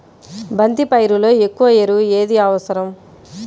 బంతి పైరులో ఎక్కువ ఎరువు ఏది అవసరం?